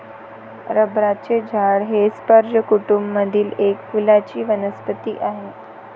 रबराचे झाड हे स्पर्ज कुटूंब मधील एक फुलांची वनस्पती आहे